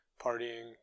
partying